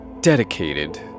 dedicated